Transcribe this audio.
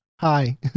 Hi